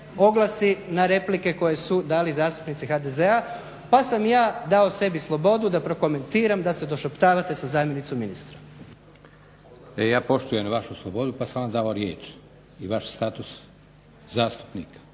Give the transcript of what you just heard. oglasi na replike koje su dali zastupnici HDZ-a, pa sam ja dao sebi slobodu da prokomentiram da se došaptavate sa zamjenicom ministra. **Leko, Josip (SDP)** E ja poštujem vašu slobodu pa sam vam dao riječ i vaš status zastupnika.